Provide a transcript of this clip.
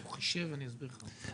נשב ואני אסביר לך.